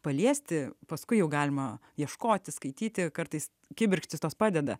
paliesti paskui jau galima ieškoti skaityti kartais kibirkštys tos padeda